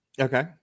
okay